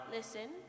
Listen